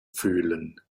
fühlen